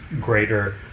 greater